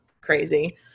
Crazy